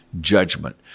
judgment